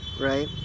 right